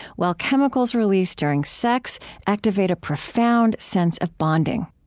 while chemicals released during sex activate a profound sense of bonding